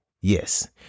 Yes